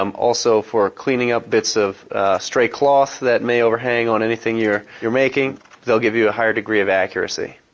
um also for cleaning up bits of stray cloths that may overhang on anything you you are making they'll give you a higher degree of accuracy.